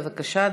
בבקשה,